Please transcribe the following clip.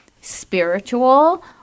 spiritual